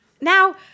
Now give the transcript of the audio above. Now